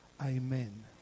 Amen